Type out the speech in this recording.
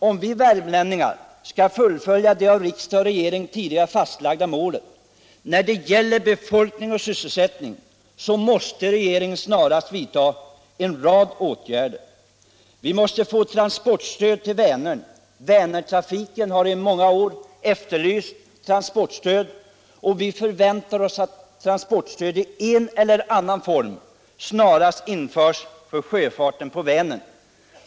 Om vi värmlänningar skall kunna uppnå det av riksdag och regering tidigare fastlagda målet när det gäller befolkning och sysselsättning, måste regeringen snarast vidta en rad åtgärder. Vi måste t.ex. få transportstöd till Vänertrafiken. Vi har i många år efterlyst transportstöd, och vi förväntar oss att sådant stöd i en eller annan form snarast införs.